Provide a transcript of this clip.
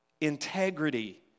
integrity